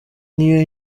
niyo